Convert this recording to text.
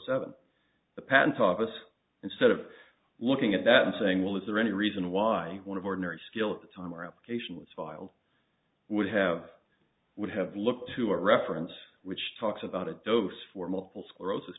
seven the patent office instead of looking at that and saying well is there any reason why one of ordinary skill of the time around patient was filed would have would have looked to a reference which talks about a dose for multiple sclerosis